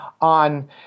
on